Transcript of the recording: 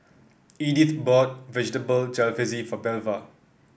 Edith bought Vegetable Jalfrezi for Belva